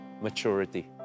maturity